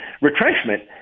retrenchment